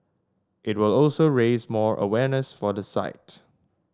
it will also raise more awareness for the site